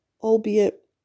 Albeit